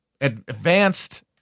advanced